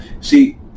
See